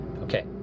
Okay